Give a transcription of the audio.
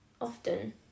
often